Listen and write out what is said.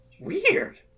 Weird